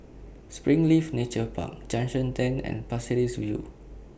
Springleaf Nature Park Junction ten and Pasir Ris View